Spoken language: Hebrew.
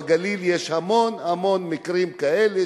בגליל יש המון המון מקרים כאלה,